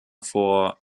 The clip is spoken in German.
for